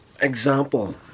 example